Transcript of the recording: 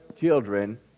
children